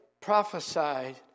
prophesied